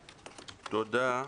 תודה.